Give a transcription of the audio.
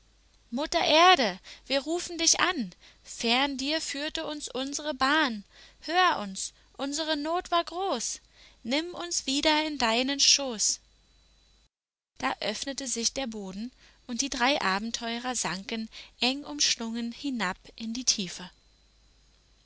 mutter erde wir rufen dich an fern dir führte uns unsere bahn hör uns unsere not war groß nimm uns wieder in deinen schoß da öffnete sich der boden und die drei abenteurer sanken eng umschlungen hinab in die tiefe